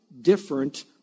different